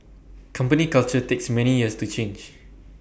company culture takes many years to change